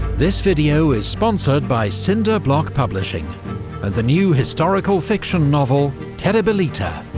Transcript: this video is sponsored by cinder block publishing, and the new historical fiction novel terribilita,